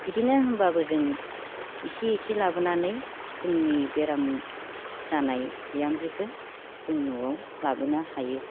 बिदिनो होमब्लाबो जों इसे इसे लाबोनानै जोंनि बेराम जानाय बिहामजोखो जों न'आव लाबोनो हायो